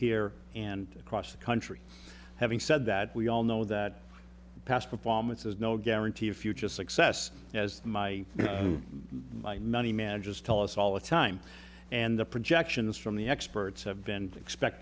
here and across the country having said that we all know that past performance is no guarantee of future success as my money managers tell us all the time and the projections from the experts have been expect